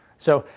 so,